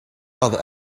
other